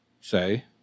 say